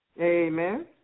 Amen